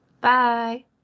Bye